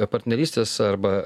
partnerystės arba